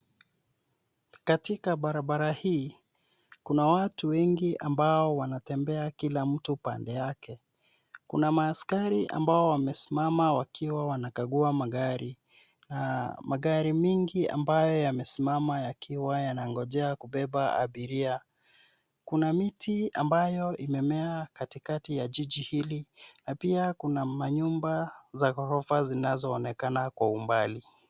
Katika barabara hii kuna watu wengi ambao wanatembea kila mtu pande yake. Kuna maaskari ambao wamesimama wakiwa wanakagua magari na magari mingi ambayo yamesimama yakiwa yanangojea kubeba abiria. Kuna miti ambayo imemea katikati ya jiji hili na pia kuna nyumba za gorofa zinazoonekana kwa umbali.